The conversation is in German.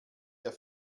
der